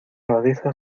abadesa